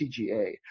TGA